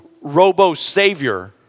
robo-savior